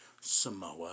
Samoa